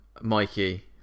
mikey